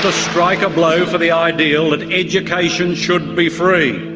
ah strike a blow for the ideal that education should be free.